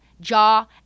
Jaw